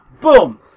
Boom